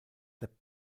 their